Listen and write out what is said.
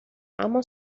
اما